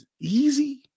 easy